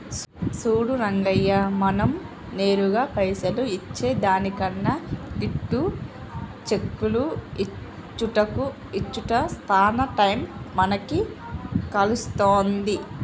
సూడు రంగయ్య మనం నేరుగా పైసలు ఇచ్చే దానికన్నా గిట్ల చెక్కులు ఇచ్చుట్ల సాన టైం మనకి కలిసొస్తాది